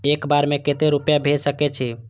एक बार में केते रूपया भेज सके छी?